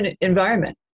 environment